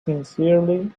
sincerely